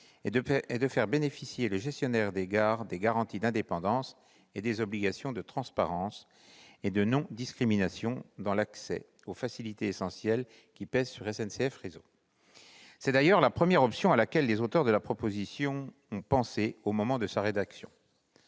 et de faire bénéficier le gestionnaire de gares des garanties d'indépendance et des obligations de transparence et de non-discrimination dans l'accès aux facilités essentielles qui pèsent sur SNCF Réseau. C'est d'ailleurs la première option à laquelle les auteurs de la proposition de loi ont pensé.